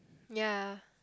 ya